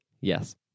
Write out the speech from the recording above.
Yes